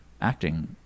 acting